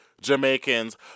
Jamaicans